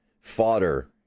fodder